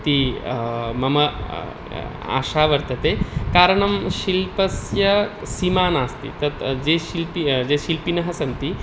इति मम आशा वर्तते कारणं शिल्पस्य सीमा नास्ति तत् ये शिल्पि ये शिल्पिनः सन्ति